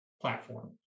platform